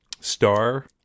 star